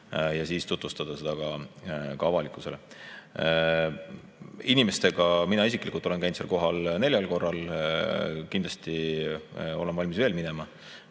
ja siis tutvustada seda ka avalikkusele. Inimestega [kohtumisest]. Mina isiklikult olen käinud seal kohal neljal korral. Kindlasti olen valmis veel minema.